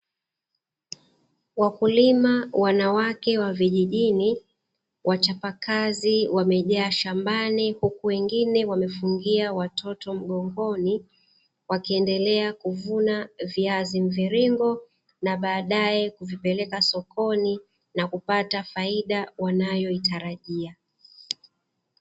Wakulima wanawake wa vijijini, wachapakazi wamejaa shambani huku wengine wamefungia watoto mgongoni wakiendelea kuvuna viazi mviringo, na baadae kuvipeleka sokoni na kupata faida wanayo hitarajia.